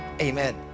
amen